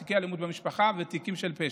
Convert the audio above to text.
בפענוח תיקי אלימות במשפחה ובתיקים של פשע.